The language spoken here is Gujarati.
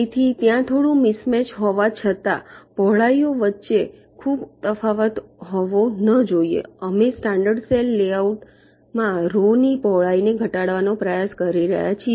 તેથી ત્યાં થોડુ મિસમેચ હોવા છતાં પહોળાઈઓ વચ્ચે ખૂબ તફાવત હોવો ન જોઈએ અમે સ્ટાન્ડર્ડ સેલ લેઆઉટ માં રૉ ની પહોળાઈને ઘટાડવાનો પ્રયાસ કરી રહ્યા છીએ